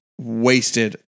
wasted